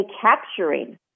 capturing